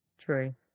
True